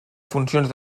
funcions